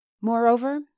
Moreover